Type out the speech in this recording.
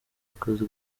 akazi